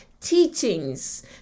teachings